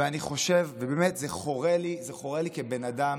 ואני חושב, ובאמת זה חורה לי, זה חורה לי כבן אדם,